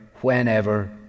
whenever